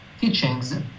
teachings